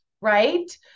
right